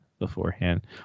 beforehand